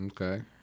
Okay